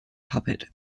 puppet